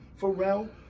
Pharrell